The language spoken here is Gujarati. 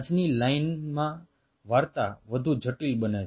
આજની લાઇનમાં વાર્તા વધુ જટિલ બને છે